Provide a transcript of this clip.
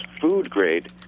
food-grade